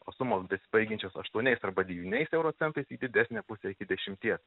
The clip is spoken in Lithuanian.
o sumos besibaigiančios aštuoniais arba devyniais euro centais į didesnę pusę iki dešimties